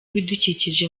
ibidukikije